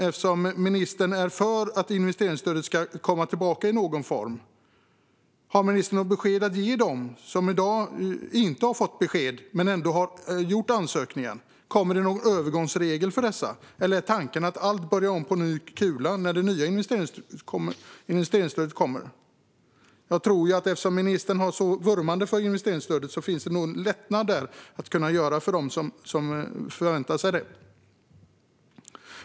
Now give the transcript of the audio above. Eftersom ministern är för att investeringsstödet ska komma tillbaka i någon form är min fråga: Har ministern något besked att ge dem som har gjort ansökan men inte fått besked? Kommer det någon övergångsregel för dem, eller är tanken att allt börjar om på ny kula när det nya investeringsstödet kommer? Eftersom ministern vurmade så för investeringsstödet tror jag nog att det kan göras lättnader för dem som förväntar sig det.